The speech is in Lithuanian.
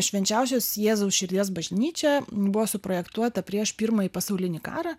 švenčiausiosios jėzaus širdies bažnyčia buvo suprojektuota prieš pirmąjį pasaulinį karą